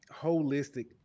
holistic